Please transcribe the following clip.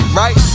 right